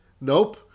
Nope